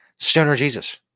STONERJESUS